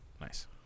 Nice